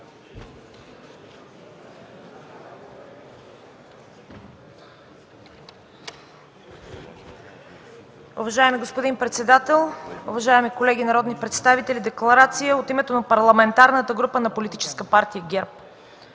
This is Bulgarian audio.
Декларация от името на Парламентарната група на Политическа партия ГЕРБ.